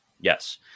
Yes